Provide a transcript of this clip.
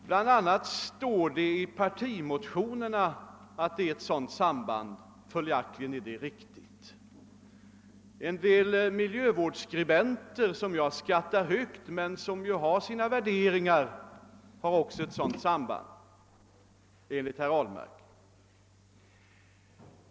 Det står så bl.a. i partimotionerna; följaktligen är det riktigt, det finns ett sådant samband. En del miljövårdsskribenter — som jag skattar högt men som också har sina värderingar — har likaledes funnit ett sådant samband, enligt herr Ahlmark.